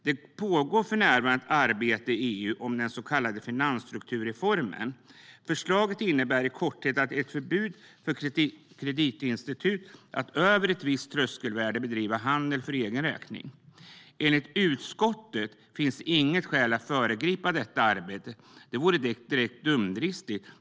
Det pågår för närvarande ett arbete i EU om den så kallade strukturreformen. Förslaget innebär i korthet ett förbud för kreditinstitut att bedriva handel för egen räkning över ett visst tröskelvärde. Enligt utskottet finns det inga skäl att föregripa detta arbete. Det vore direkt dumdristigt.